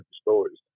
stories